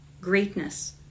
greatness